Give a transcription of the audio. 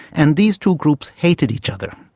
and these two groups hated each other.